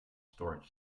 storage